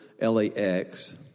LAX